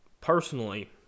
Personally